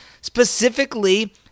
specifically